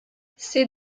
ces